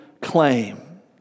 claim